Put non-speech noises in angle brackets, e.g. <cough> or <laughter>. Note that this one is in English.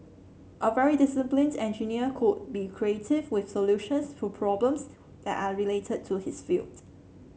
a very disciplined engineer could be <unintelligible> with solutions to problems that are related to his field